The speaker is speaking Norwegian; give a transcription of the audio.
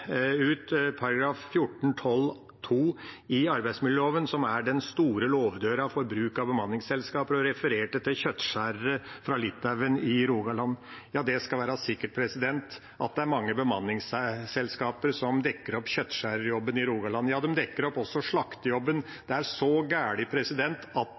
ut § 14-12 andre ledd i arbeidsmiljøloven, som er den store låvedøra for bruk av bemanningsselskaper, og refererte til kjøttskjærere fra Litauen i Rogaland. Ja, det skal være sikkert at det er mange bemanningsselskaper som dekker opp kjøttskjærerjobben i Rogaland – de dekker opp også slaktejobben. Det er så gæli at